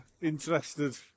interested